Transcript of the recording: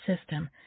system